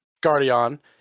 Guardian